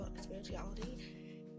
Spirituality